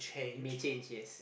it may change yes